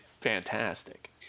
fantastic